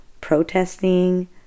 protesting